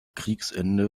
kriegsende